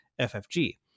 FFG